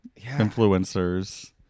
influencers